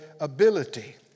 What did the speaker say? ability